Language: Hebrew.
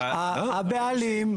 הבעלים.